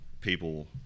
people